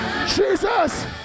Jesus